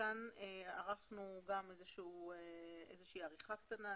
כאן ערכנו עריכה קטנה.